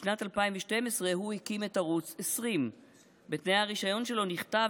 בשנת 2012 הוא הקים את ערוץ 20. בתנאי הרישיון שלו נכתב